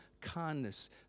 kindness